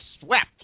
swept